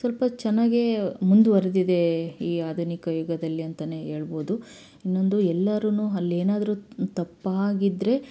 ಸ್ವಲ್ಪ ಚೆನ್ನಾಗೇ ಮುಂದುವರ್ದಿದೆ ಈ ಆಧುನಿಕ ಯುಗದಲ್ಲಿ ಅಂತನೇ ಹೇಳ್ಬೋದು ಇನ್ನೊಂದು ಎಲ್ಲರು ಅಲ್ಲಿ ಏನಾದರೂ ತಪ್ಪಾಗಿದ್ದರೆ